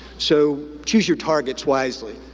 so choose your targets wisely!